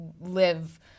live